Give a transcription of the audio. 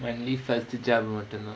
only first job மட்டுந்தா:mattunthaa